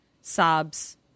Sobs